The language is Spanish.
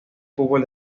fútbol